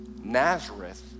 Nazareth